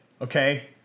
okay